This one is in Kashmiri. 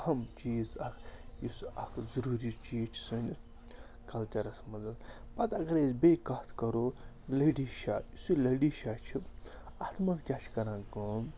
اَہم چیٖز اَکھ یُس اکھ ضٔروٗری چیٖز چھُ سٲنِس کَلچَرَس منٛز پَتہٕ اگرَے أسۍ بیٚیہِ کَتھ کَرو لیڈیشاہ یُس یہِ لٔڈِشاہ چھُ اَتھ منٛز کیٛاہ چھِ کَران کٲم